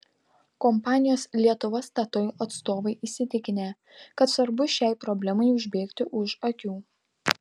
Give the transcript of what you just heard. kompanijos lietuva statoil atstovai įsitikinę kad svarbu šiai problemai užbėgti už akių